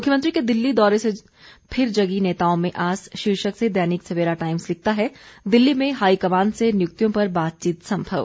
मुख्यमंत्री के दिल्ली दौरे से फिर जगी नेताओं में आस शीर्षक से दैनिक सवेरा टाइम्स लिखता है दिल्ली में हाईकमान से नियुक्तियों पर बातचीत संभव